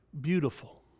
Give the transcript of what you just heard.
beautiful